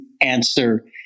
answer